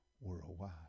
worldwide